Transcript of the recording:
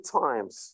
times